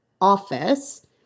office